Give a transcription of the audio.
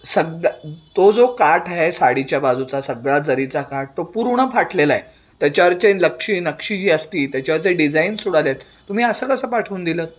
सग्ग तो जो काठ आहे साडीच्या बाजूचा सगळा जरीचा काठ तो पूर्ण फाटलेला आहे त्याच्यावरचे लक्ष नक्षी जी असते त्याच्यावरचे डिझाईन्स उडाले आहेत तुम्ही असं कसं पाठवून दिलं आहेत